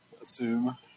assume